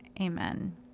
Amen